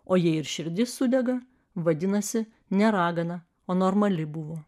o jei ir širdis sudega vadinasi ne ragana o normali buvo